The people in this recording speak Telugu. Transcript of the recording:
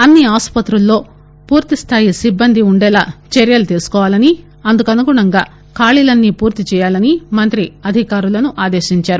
అన్ని ఆసుపత్రిలో పూర్తి స్థాయి సిబ్బంది ఉండేలా చర్యలు తీసుకోవాలని అందుకు అనుగుణంగా ఖాళీలన్నీ పూర్తిచేయాలని మంత్రి అధికారులను ఆదేశించారు